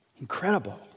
Incredible